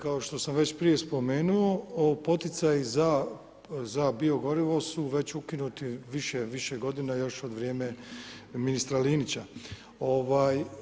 Kao što sam već prije spomenuo poticaji za biogorivo su već ukinuti već više godina još u vrijeme ministra Linića.